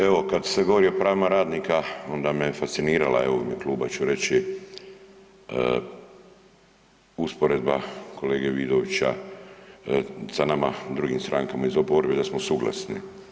Evo kad se govori o pravima radnika onda me fascinirala evo u ime kluba ću reći usporedba kolege Vidovića sa nama drugim strankama iz oporbe da smo suglasni.